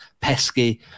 pesky